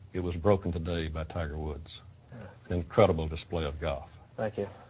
it was broken today, but tiger woods incredible display of goff. thank you.